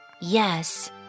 Yes